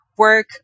Work